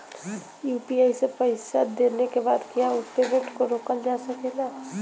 UPI से पईसा देने के बाद क्या उस पेमेंट को रोकल जा सकेला?